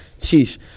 sheesh